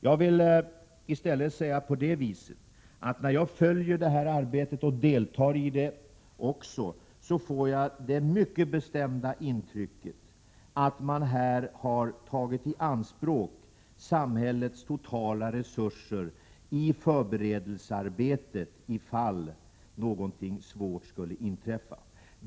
Jag vill i stället säga att när jag följer och deltar i detta arbete får jag det mycket bestämda intrycket att samhällets totala resurser har tagits i anspråk i förberedelsearbetet för den händelse att någon olycka skulle inträffa.